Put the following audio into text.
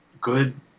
good